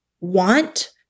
want